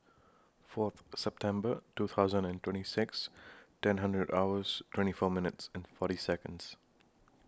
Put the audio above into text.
four September two thousand and twenty six ten hundred hours twenty four minutes and forty Seconds